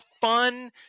fun